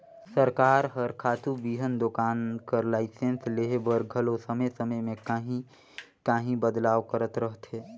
सरकार हर खातू बीहन दोकान कर लाइसेंस लेहे बर घलो समे समे में काहीं काहीं बदलाव करत रहथे